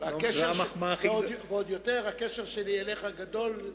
ועוד יותר, הקשר שלי אליך גדול.